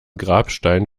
grabstein